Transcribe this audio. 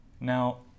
Now